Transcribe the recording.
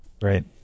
right